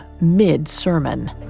mid-sermon